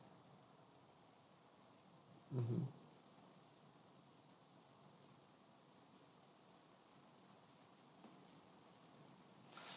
mmhmm